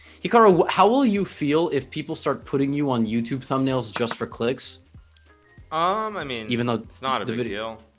hikaru how will you feel if people start putting you on youtube thumbnails just for clicks um i mean even though it's not a video